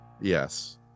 Yes